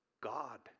God